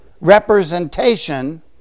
representation